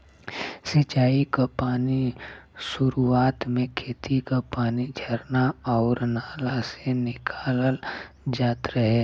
सिंचाई क पानी सुरुवात में खेती क पानी झरना आउर नाला से निकालल जात रहे